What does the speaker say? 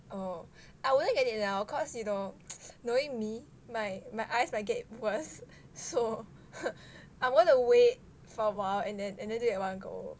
oh I wouldn't get it now cause you know knowing me my my eyes might get worse so I want to wait for awhile and then and then at one go